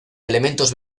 elementos